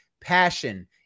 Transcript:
passion